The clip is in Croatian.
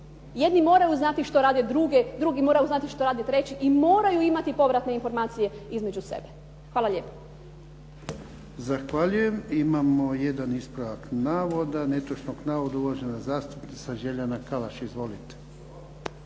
Jedni moraju znati što rade drugi, drugi moraju znati što rade treći i moraju imati povratne informacije između sebe. Hvala lijepo.